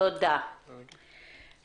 תודה רבה לך.